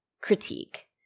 critique